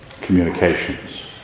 communications